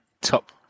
top